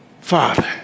father